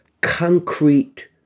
concrete